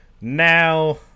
now